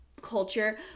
culture